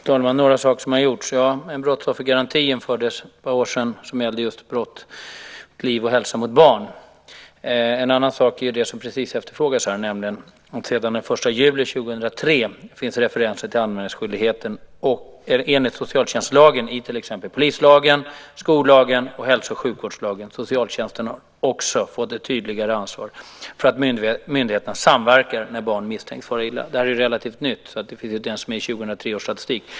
Fru talman! Vad är det för saker som har gjorts? En brottsoffergaranti infördes för ett par år sedan vad gäller just brott mot liv och hälsa hos barn. En annan sak gäller det som precis efterfrågades. Sedan den 1 juli 2003 finns det referenser till anmälningsskyldighet enligt socialtjänstlagen i till exempel polislagen, skollagen och hälso och sjukvårdslagen. Socialtjänsten har också fått ett tydligare ansvar för att myndigheterna samverkar när barn misstänks fara illa. Det är relativt nytt, så det finns inte med i 2003 års statistik.